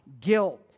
Guilt